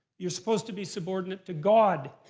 you're supposed to be subordinate to god.